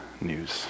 news